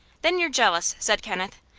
then you're jealous, said kenneth.